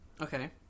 okay